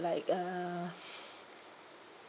like uh